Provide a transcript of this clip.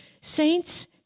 Saints